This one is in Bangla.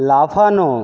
লাফানো